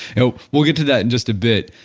you know we'll get to that, in just a bit.